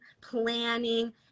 planning